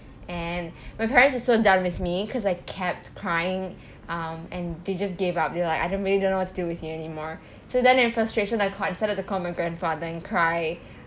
and my parents were so done with me because I kept crying um and they just gave up they're like I don't I really don't know what to do with you anymore so then in frustration I called decided to call my grandfather and cry